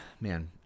Man